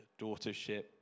daughtership